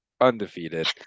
undefeated